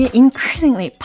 increasingly